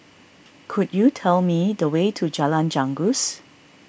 could you tell me the way to Jalan Janggus